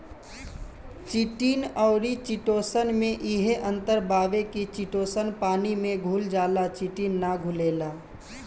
chitin अउरी chitosan में इहे अंतर बावे की चिटोसन पानी में घुल जाला चिटिन ना घुलेला